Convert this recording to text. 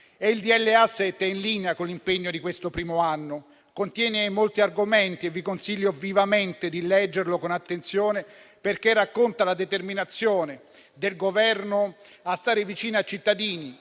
*asset* è in linea con l'impegno di questo primo anno, contiene molti argomenti e vi consiglio vivamente di leggerlo con attenzione, perché racconta la determinazione del Governo a stare vicino a cittadini,